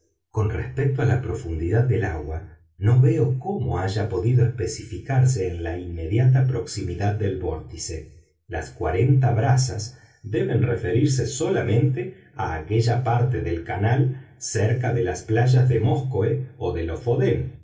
con respecto a la profundidad del agua no veo cómo haya podido especificarse en la inmediata proximidad del vórtice las cuarenta brazas deben referirse solamente a aquella parte del canal cerca de las playas de móskoe o de lofoden